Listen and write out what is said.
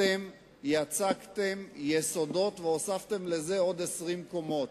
אתם יצקתם יסודות והוספתם לזה עוד 20 קומות.